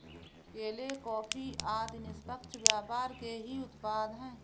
केले, कॉफी आदि निष्पक्ष व्यापार के ही उत्पाद हैं